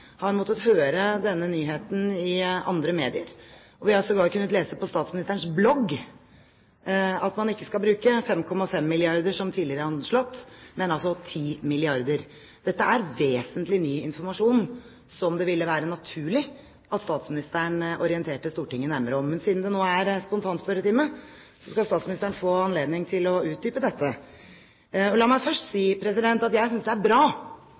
vi har sågar kunnet lese på statsministerens blogg at man ikke skal bruke 5,5 milliarder kr, som tidligere anslått, men 10 milliarder kr. Dette er vesentlig, ny informasjon som det ville være naturlig at statsministeren orienterte Stortinget nærmere om. Men siden det nå er spontanspørretime, skal statsministeren få anledning til å utdype dette. La meg først si at jeg synes det er bra